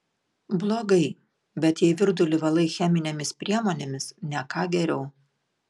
blogai bet jei virdulį valai cheminėmis priemonėmis ne ką geriau